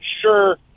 sure